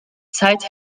cite